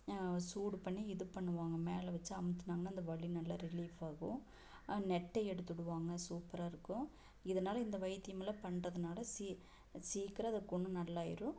சூடு பண்ணி இது பண்ணுவாங்கள் மேலே வைச்சு அமுத்துனாங்கனால் அந்த வலி நல்லா ரிலீஃப் ஆகும் நெட்டை எடுத்துவிடுவாங்க சூப்பராக இருக்கும் இதனால் இந்த வைத்தியம் எல்லாம் பண்ணுறதுனால சீ சீக்கிரம் அந்த குணம் நல்லாகிரும்